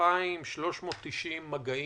כ-2,390 מגעים.